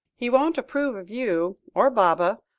he won't approve of you, or baba,